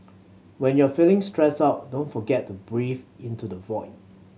when you are feeling stressed out don't forget to breathe into the void